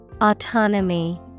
Autonomy